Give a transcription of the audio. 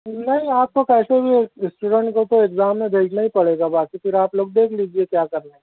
نہیں آپ کو کیسے بھی اِس اسٹوڈنٹ کو تو ایگزام میں بھیجنا ہی پڑے گا باقی پھر آپ لوگ دیکھ لیجیے کیا کرنا ہے